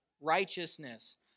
righteousness